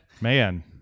Man